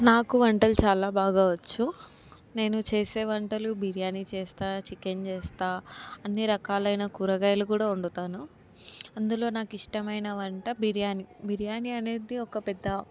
నాకు వంటలు చాలా బాగా వచ్చు నేను చేసే వంటలు బిర్యానీ చేస్తాను చికెన్ చేస్తాను అన్ని రకాలైన కూరగాయలు కూడా వండుతాను అందులో నాకు ఇష్టమైన వంట బిర్యానీ బిర్యానీ అనేది ఒక పెద్ద